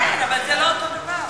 כן, אבל זה לא אותו דבר.